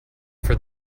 for